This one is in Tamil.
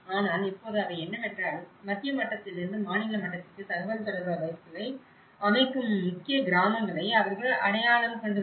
ஆனால் இப்போது அவை என்னவென்றால் மத்திய மட்டத்திலிருந்து மாநில மட்டத்திற்கு தகவல் தொடர்பு அமைப்புகளை அமைக்கும் முக்கிய கிராமங்களை அவர்கள் அடையாளம் கண்டுள்ளனர்